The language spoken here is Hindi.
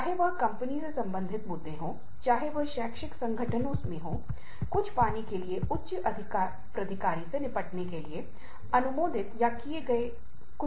शायद कुछ असंतुलन मौजूद है ऐसा क्यों हो रहा है